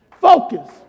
Focus